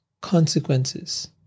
consequences